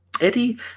Eddie